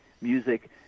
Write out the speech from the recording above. music